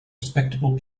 respectable